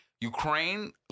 Ukraine